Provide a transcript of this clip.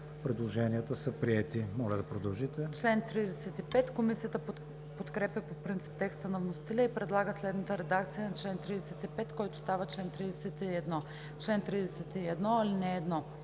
Предложенията са приети. Моля да продължите.